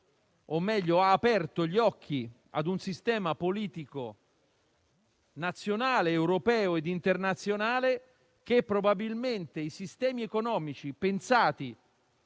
ma ha aperto gli occhi ad un sistema politico, nazionale, europeo ed internazionale, sul fatto che probabilmente i sistemi economici pensati,